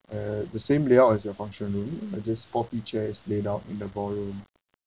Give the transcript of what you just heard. uh the same layout as the function room it just forty chairs lay out in the ballroom